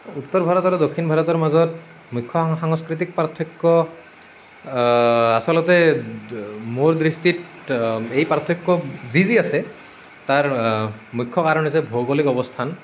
উত্তৰ ভাৰত আৰু দক্ষিণ ভাৰতৰ মাজৰ মুখ্য সাংস্কৃতিক পাৰ্থক্য আচলতে মোৰ দৃষ্টিত এই পাৰ্থক্য যি যি আছে তাৰ মুখ্য কাৰণ হৈছে ভৌগোলিক অৱস্থান